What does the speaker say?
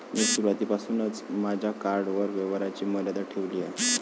मी सुरुवातीपासूनच माझ्या कार्डवर व्यवहाराची मर्यादा ठेवली आहे